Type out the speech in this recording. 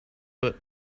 but